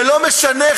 ולא משנה,